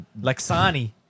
Lexani